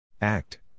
act